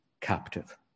captive